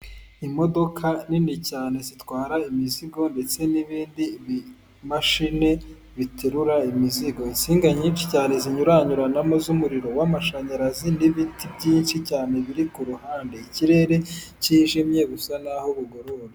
Imodoka nini cyane zitwara imizigo ndetse n'ibindi bimashini biterura imizigo, insinga nyinshi cyane zinyuranyuranamo z'umuriro w'amashanyarazi n'ibiti byinshi cyane biri ku ruhande, ikirere cyijimye bisa naho bugorobye.